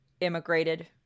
immigrated